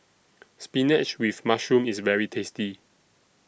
Spinach with Mushroom IS very tasty